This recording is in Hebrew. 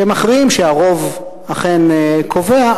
שמכריעים שהרוב אכן קובע,